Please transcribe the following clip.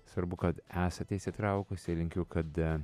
svarbu kad esate įsitraukusi linkiu kad